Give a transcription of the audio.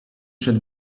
przed